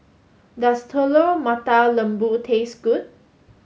does Telur Mata Lembu taste good